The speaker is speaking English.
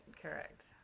Correct